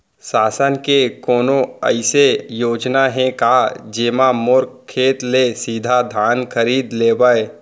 शासन के कोनो अइसे योजना हे का, जेमा मोर खेत ले सीधा धान खरीद लेवय?